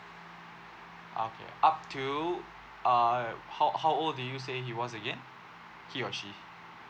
okay up till uh how how old did you say he was again he or she